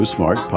Smart